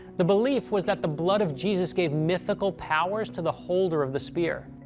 the belief was that the blood of jesus gave mythical powers to the holder of the spear.